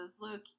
look